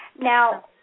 Now